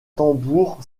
tambour